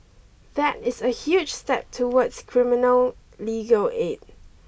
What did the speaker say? that is a huge step towards criminal legal aid